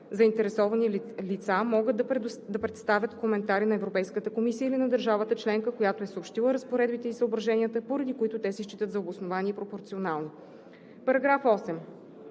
заинтересовани лица могат да представят коментари на Европейската комисия или на държавата членка, която е съобщила разпоредбите и съображенията, поради които те се считат за обосновани и пропорционални.“